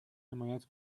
حمایت